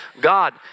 God